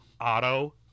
auto